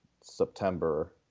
September